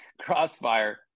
crossfire